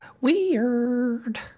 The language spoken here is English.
Weird